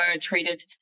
treated